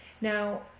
Now